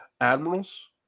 Admirals